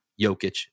Jokic